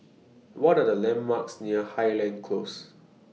What Are The landmarks near Highland Close